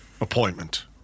appointment